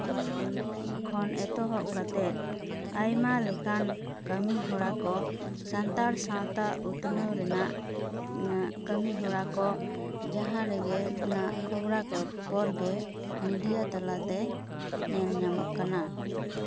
ᱠᱷᱚᱱ ᱮᱛᱚᱦᱚᱵ ᱠᱟᱛᱮᱫ ᱟᱭᱢᱟ ᱞᱮᱠᱟᱱ ᱠᱟᱹᱢᱤ ᱦᱚᱨᱟ ᱠᱚ ᱥᱟᱱᱛᱟᱲ ᱥᱟᱶᱛᱟ ᱩᱛᱱᱟᱹᱣ ᱨᱮᱱᱟᱜ ᱠᱟᱹᱢᱤ ᱦᱚᱨᱟ ᱠᱚ ᱡᱟᱦᱟᱸ ᱨᱮᱜᱮ ᱱᱟᱜ ᱠᱷᱚᱵᱽᱨᱟ ᱠᱷᱚᱵᱚᱨ ᱜᱮ ᱢᱤᱰᱤᱭᱟ ᱛᱟᱞᱟᱛᱮ ᱧᱮᱞ ᱧᱟᱢᱚᱜ ᱠᱟᱱᱟ